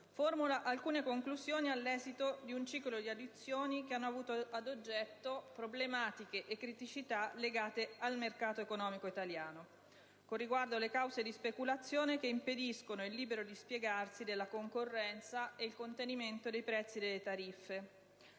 formula alcune conclusioni all'esito di un ciclo di audizioni che hanno avuto ad oggetto problematiche e criticità legate al mercato economico italiano con riguardo alle cause di speculazione che impediscono il libero dispiegarsi della concorrenza e il contenimento dei prezzi delle tariffe,